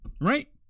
Right